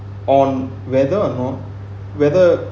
on whether or not whether